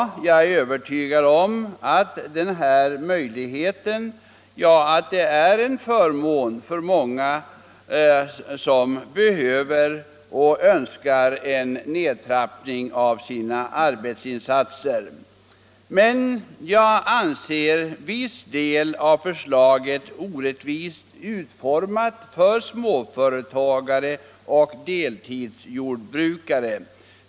Jag är övertygad om att den möjligheten är förmånlig för många som önskar eller behöver en nedtrappning av sina arbetsinsatser, men jag anser viss del av förslaget orättvist utformad för småföretagare och deltidsjordbrukare.